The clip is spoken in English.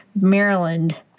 Maryland